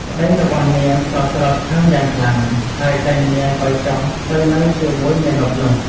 ប្តីរបស់នាងក៏ក្រោធខឹងយ៉ាងខ្លាំង ហើយដេញនាងឱ្យចុះទៅនៅជាមួយមាណពនោះ។